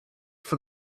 for